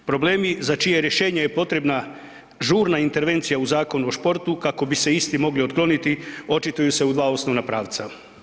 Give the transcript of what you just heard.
Problemi za čije rješenje je potrebna žurna intervencija u Zakonu o športu kako bi se isti mogli otkloniti, očituju se u dva osnovna pravca.